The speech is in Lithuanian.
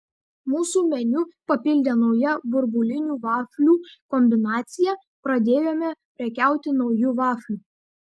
mūsų meniu papildė nauja burbulinių vaflių kombinacija pradėjome prekiauti nauju vafliu